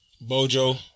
Bojo